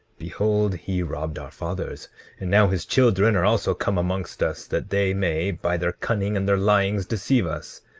behold, he robbed our fathers and now his children are also come amongst us that they may, by their cunning and their lyings, deceive us,